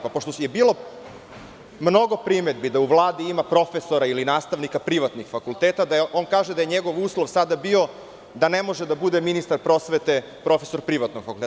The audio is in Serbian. Pošto je bilo mnogo primedbi da u Vladi ima profesora ili nastavnika privatnih fakulteta, on kaže da je njegov uslov sada bio da ne može da bude ministar prosvete profesor privatnog fakulteta.